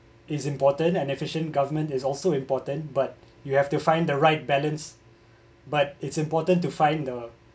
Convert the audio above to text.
it's important and efficient government is also important but you have to find the right balance but it's important to find the